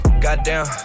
Goddamn